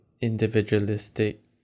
individualistic